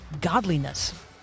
godliness